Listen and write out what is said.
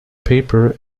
paper